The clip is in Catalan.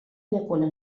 llacuna